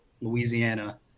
Louisiana